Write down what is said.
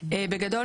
בגדול,